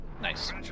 Nice